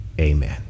amen